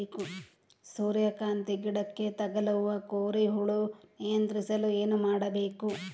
ಸೂರ್ಯಕಾಂತಿ ಗಿಡಕ್ಕೆ ತಗುಲುವ ಕೋರಿ ಹುಳು ನಿಯಂತ್ರಿಸಲು ಏನು ಮಾಡಬೇಕು?